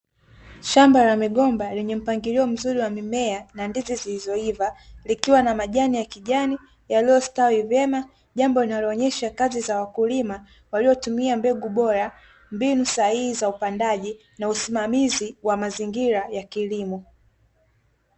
Shamba la migomba lenye mpangilio mzuri wa mimea na ndizi zilizoiva, likiwa na majani ya kijani yaliyostawi vyema, jambo linaloonyesha kazi za wakulima waliotumia mbegu bora, mbinu sahihi za upandaji na usimamizi wa mazingira ya kilimo.